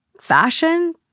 fashion